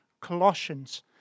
Colossians